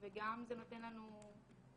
וגם זה נותן לנו אמצעים